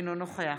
אינו נוכח